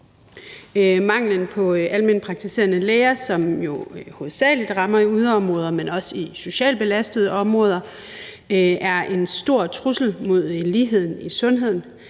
Manglen på almenpraktiserende læger, som jo hovedsagelig rammer i yderområder, men også i socialt belastede områder, er en stor trussel mod ligheden i sundheden.